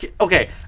Okay